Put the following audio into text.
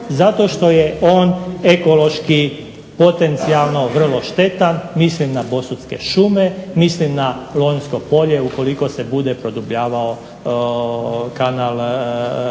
zato što je on ekološki potencijalno vrlo štetan. Mislim na bosutske šume, mislim na Lonjsko polje ukoliko se bude produbljavao kanal, odnosno